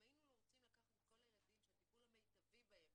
אם היינו רוצים לקחת את כל הילדים שהטיפול המיטבי בהם